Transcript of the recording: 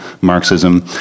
Marxism